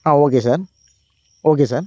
ah okay sir okay sir